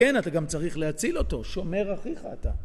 כן, אתה גם צריך להציל אותו. שומר אחיך אתה.